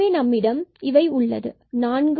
எனவே நம்மிடம் உள்ளது நான்கு